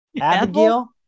Abigail